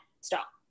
stop